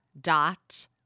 dot